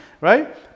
right